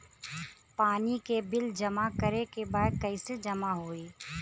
पानी के बिल जमा करे के बा कैसे जमा होई?